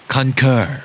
Concur